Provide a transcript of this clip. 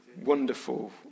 wonderful